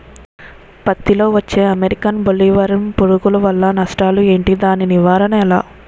పత్తి లో వచ్చే అమెరికన్ బోల్వర్మ్ పురుగు వల్ల నష్టాలు ఏంటి? దాని నివారణ ఎలా?